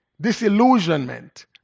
disillusionment